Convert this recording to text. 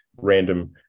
random